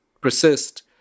persist